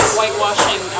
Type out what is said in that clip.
whitewashing